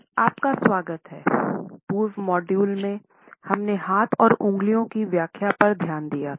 आपका स्वागत है पूर्व मॉड्यूल में हमने हाथ और उंगलियों की व्याख्याओं पर ध्यान दिया है